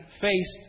faced